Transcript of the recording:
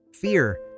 Fear